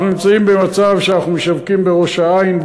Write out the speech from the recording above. אנחנו נמצאים במצב שאנחנו משווקים בראש-העין,